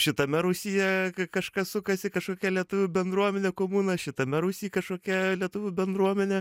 šitame rūsyje kažkas sukasi kažkokia lietuvių bendruomenė komuna šitame rūsy kažkokia lietuvių bendruomenė